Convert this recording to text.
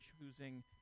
choosing